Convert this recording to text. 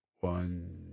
one